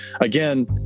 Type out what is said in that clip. again